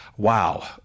Wow